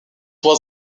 was